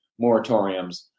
moratoriums